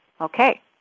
Okay